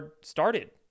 started